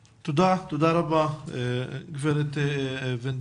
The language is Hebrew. תודה, תודה רבה גברת וידמן.